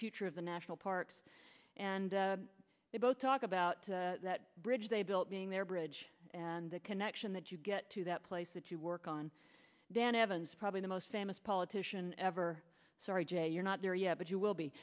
future of the national parks and they both talk about that bridge they built being their bridge and the connection that you get to that place that you work on dan evans probably the most famous politician ever sorry jay you're not there yet but you will